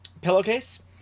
pillowcase